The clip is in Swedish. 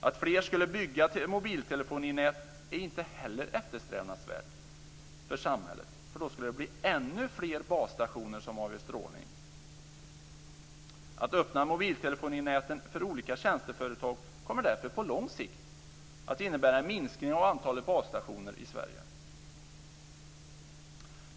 Att fler skulle bygga mobiltelefoninät är inte heller eftersträvansvärt för samhället eftersom det då skulle det bli ännu fler basstationer som avger strålning. Att öppna mobiltelefoninäten för olika tjänsteföretag kommer därför på lång sikt att innebära en minskning av antalet basstationer i Sverige.